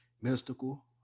Mystical